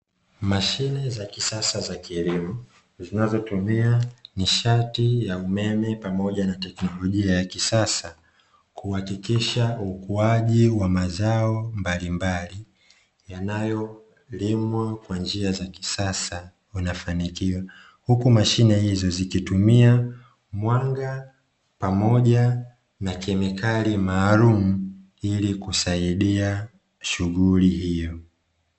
Mashine za kisasa za kilimo zinazotumia nishati ya umeme pamoja na teknolojia ya kisasa kuhakikisha ukuaji wa mazao mbalimbali yanayolimwa kwa njia za kisasa unafanikiwa, huku mashine hizo zikitumia mwanga pamoja na kemikali maalumu ili kusaidia shughuli hiyo